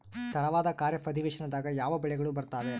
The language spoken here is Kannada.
ತಡವಾದ ಖಾರೇಫ್ ಅಧಿವೇಶನದಾಗ ಯಾವ ಬೆಳೆಗಳು ಬರ್ತಾವೆ?